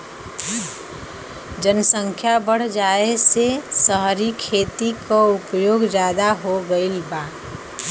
जनसख्या बढ़ जाये से सहरी खेती क उपयोग जादा हो गईल बा